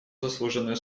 заслуженную